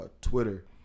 Twitter